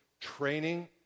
training